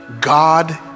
God